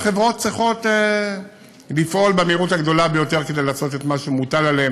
החברות צריכות לפעול במהירות הגדולה ביותר כדי לעשות את מה שמוטל עליהן.